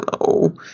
no